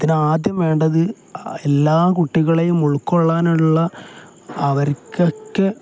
ഇതിനാദ്യം വേണ്ടത് എല്ലാ കുട്ടികളെയും ഉൾക്കൊള്ളാനുള്ള അവർകൊക്കെ